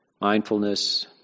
mindfulness